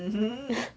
mmhmm